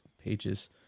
pages